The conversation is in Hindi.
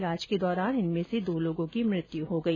इलाज के दौरान इनमें से दो लोगों की मुत्यु हो गई